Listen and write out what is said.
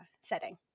setting